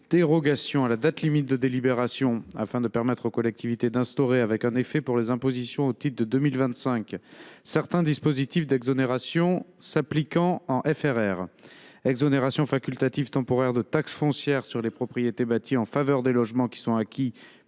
dérogation à la date limite de délibération, afin de permettre aux collectivités d’instaurer, avec un effet pour les impositions au titre de 2025, certains dispositifs d’exonération s’appliquant en FRR : exonération facultative temporaire de taxe foncière sur les propriétés bâties en faveur des logements qui sont acquis,